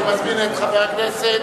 אני מזמין את חבר הכנסת